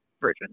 version